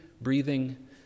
breathing